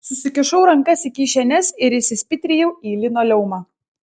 susikišau rankas į kišenes ir įsispitrijau į linoleumą